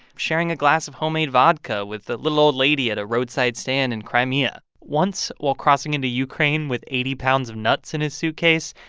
sharing a glass of homemade vodka with the little old lady at a roadside stand in crimea. once while crossing into ukraine with eighty pounds of nuts in his suitcase,